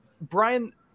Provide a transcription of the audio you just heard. Brian